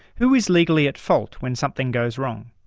who is legally at fault when something goes wrong?